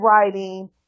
writing